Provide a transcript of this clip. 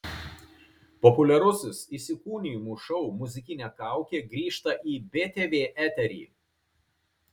populiarusis įsikūnijimų šou muzikinė kaukė grįžta į btv eterį